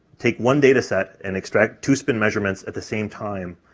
take one data set and extract two spin measurements at the same time,